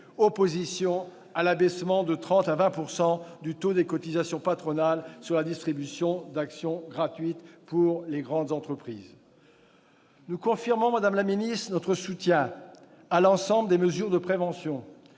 1 janvier, l'abaissement de 30 % à 20 % du taux des cotisations patronales sur la distribution d'actions gratuites par les grandes entreprises. Nous confirmons, madame la ministre, notre soutien à l'ensemble des mesures de prévention.